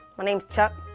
my name's chuck,